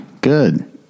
good